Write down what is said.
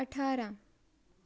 ਅਠਾਰ੍ਹਾਂ